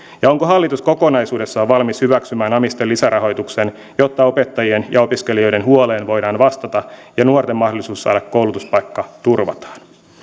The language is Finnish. ja onko hallitus kokonaisuudessaan valmis hyväksymään amisten lisärahoituksen jotta opettajien ja opiskelijoiden huoleen voidaan vastata ja nuorten mahdollisuus saada koulutuspaikka turvataan